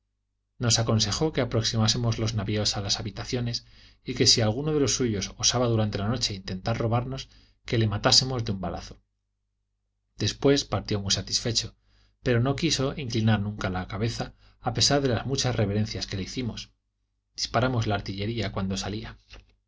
nos aconsejó que aproximásemos los navios a las habitaciones y que si alguno de los suyos osaba durante la noche intentar robarnos que le matásemos de un balazo después partió muy satisfecho pero no quiso inclinar nunca la cabeza a pesar de las muchas reverencias que le hicimos disparamos la artillería cuando salía